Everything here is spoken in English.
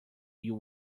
you